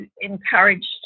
encouraged